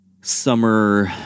summer